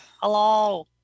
Hello